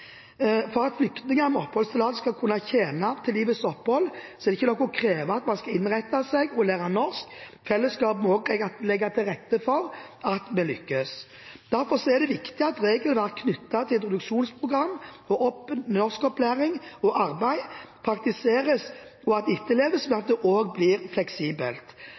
For at flyktninger med oppholdstillatelse skal kunne tjene til livets opphold, er det ikke nok å kreve at man skal innrette seg og lære norsk. Fellesskapet må også legge til rette for at vi lykkes. Derfor er det viktig at regelverket knyttet til introduksjonsprogram, norskopplæring og arbeid praktiseres, og at det etterleves, men at det også blir fleksibelt.